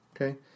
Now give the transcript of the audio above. Okay